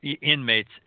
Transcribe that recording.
inmates